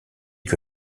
que